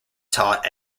taught